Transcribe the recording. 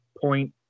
point